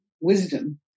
wisdom